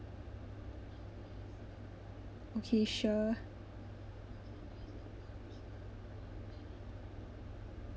okay sure